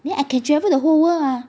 then I can travel the whole world ah